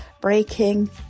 Breaking